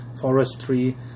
forestry